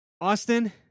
Austin